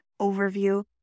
overview